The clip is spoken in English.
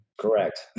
Correct